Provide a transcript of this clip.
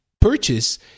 purchase